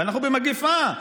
ואנחנו במגפה.